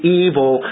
evil